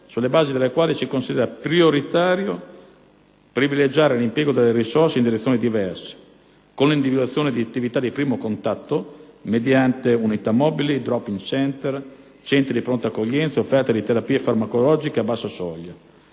sulla base delle quali si considera prioritario privilegiare l'impiego delle risorse in direzioni diverse, con l'individuazione di attività di primo contatto mediante unità mobili, *drop-in center*, centri di pronta accoglienza e offerta di terapie farmacologiche a bassa soglia.